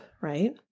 right